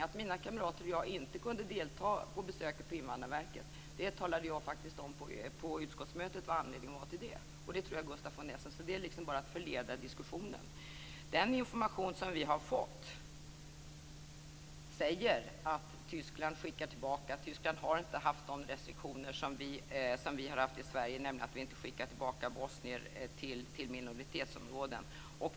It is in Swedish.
Anledningen till att jag och mina kamrater inte kunde delta i besöket vid Invandrarverket talade jag om på utskottsmötet, så det vet Gustaf von Essen. Det är bara för att förleda diskussionen. Den information som vi har fått säger att Tyskland skickar tillbaka, att Tyskland inte haft sådana restriktioner som vi har i Sverige, att vi inte skickar tillbaka bosnier till minoritetsområden.